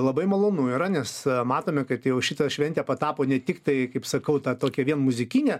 labai malonu yra nes matome kad jau šita šventė patapo ne tik tai kaip sakau ta tokia vien muzikine